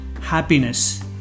happiness